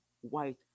white